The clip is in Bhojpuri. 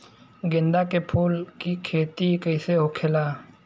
गेंदा के फूल की खेती कैसे होखेला?